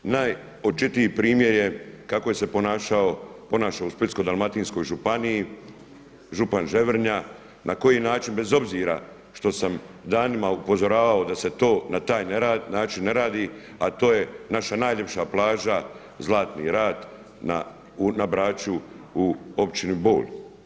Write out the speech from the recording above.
Najočitiji primjer je kako se ponaša u Splitsko-dalmatinskoj županiji župan Ževrnja, na koji način bez obzira što sam danima upozoravao da se to na taj način ne radi, a to je naša najljepša plaža Zlatni rat na Braču u općini Bol.